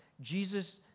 Jesus